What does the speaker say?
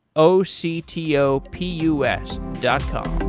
o c t o p u s dot com